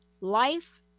life